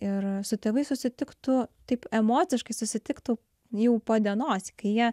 ir su tėvais susitiktų taip emociškai susitiktų jau po dienos kai jie